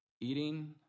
eating